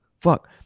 fuck